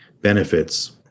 benefits